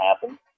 happen